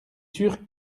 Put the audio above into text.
sûr